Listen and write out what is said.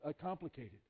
complicated